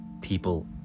People